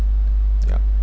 yup